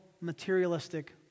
materialistic